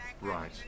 Right